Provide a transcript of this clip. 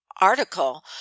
article